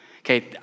Okay